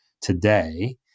today